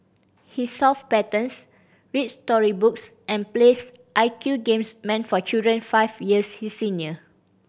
he solve patterns reads story books and plays I Q games meant for children five years his senior